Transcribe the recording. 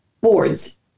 boards